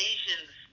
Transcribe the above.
Asians